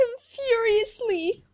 furiously